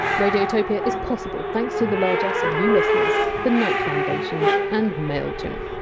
radiotopia is possible thanks to the largesse of you listeners, the knight foundation, and mailchimp.